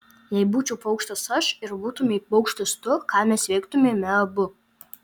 jei būčiau paukštis aš ir būtumei paukštis tu ką mes veiktumėme abu